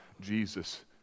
Jesus